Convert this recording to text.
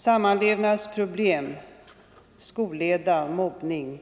Samlevnadsproblem, skolleda, mobbning,